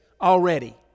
already